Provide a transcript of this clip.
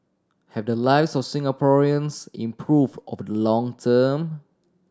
have the lives of Singaporeans improve over the long